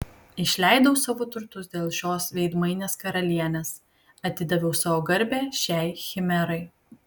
išleidau savo turtus dėl šios veidmainės karalienės atidaviau savo garbę šiai chimerai